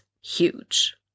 huge